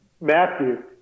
Matthew